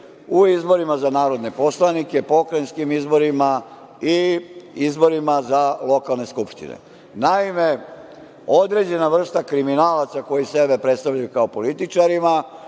u izborima za narodne poslanike, pokrajinskim izborima i izborima za lokalne skupštine. Naime, određena vrsta kriminalaca koji sebe predstavljaju kao političarima,